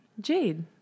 Jade